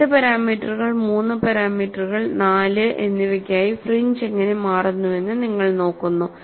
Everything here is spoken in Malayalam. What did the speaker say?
രണ്ട് പാരാമീറ്ററുകൾ മൂന്ന് പാരാമീറ്ററുകൾ നാല് എന്നിവയ്ക്കായി ഫ്രിഞ്ച് എങ്ങനെ മാറുന്നുവെന്ന് നിങ്ങൾ നോക്കുന്നു